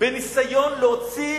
בניסיון להוציא